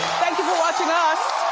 thank you for watching us.